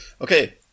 okay